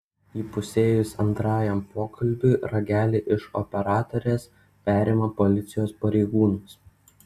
įpusėjus antrajam pokalbiui ragelį iš operatorės perima policijos pareigūnas